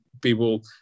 people